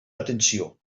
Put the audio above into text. atenció